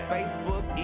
Facebook